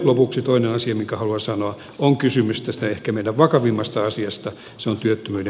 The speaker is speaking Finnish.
lopuksi toinen asia minkä haluan sanoa on kysymys ehkä meidän vakavimmasta asiastamme